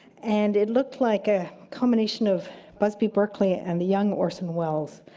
and it looked like a combination of busby berkeley and the young orson welles.